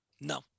No